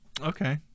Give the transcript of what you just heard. Okay